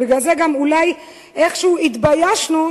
ובגלל זה גם אולי איכשהו התביישנו,